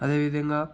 అదేవిధంగా